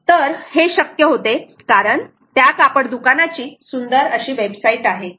तर हे शक्य होते कारण त्या कापड दुकानाची सुंदर वेबसाईट आहे